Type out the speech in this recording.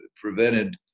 prevented